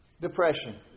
Depression